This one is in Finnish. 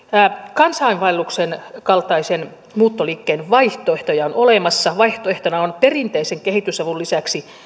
kansainvaelluksen kaltaisen muuttoliikkeen vaihtoehtoja on olemassa vaihtoehtona on perinteisen kehitysavun lisäksi